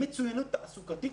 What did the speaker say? מצוינות תעסוקתית,